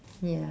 ya